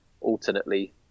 alternately